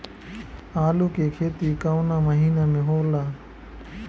आलू के खेती कवना महीना में होला?